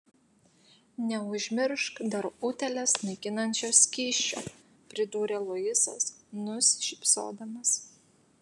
neužmiršk dar utėles naikinančio skysčio pridūrė luisas nusišypsodamas